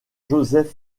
joseph